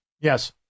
Yes